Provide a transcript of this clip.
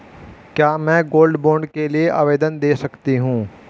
क्या मैं gold bond के लिए आवेदन दे सकती हूँ?